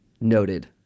Noted